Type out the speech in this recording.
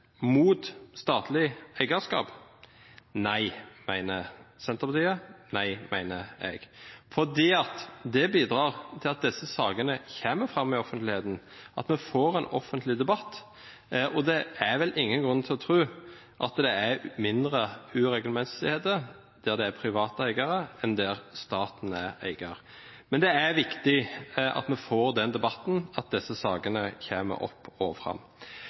mot statlig eierskap? Nei, mener Senterpartiet. Nei, mener jeg, for det bidrar til at disse sakene kommer fram for offentligheten, at vi får en offentlig debatt. Det er vel ingen grunn til å tro at det er mindre uregelmessigheter der det er private eiere enn der staten er eier. Men det er viktig at vi får den debatten, og at disse sakene kommer opp og fram.